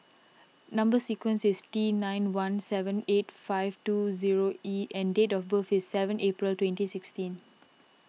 Number Sequence is T nine one seven eight five two zero E and date of birth is seven April twenty sixteen